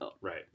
right